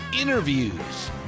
interviews